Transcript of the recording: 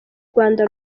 rwanda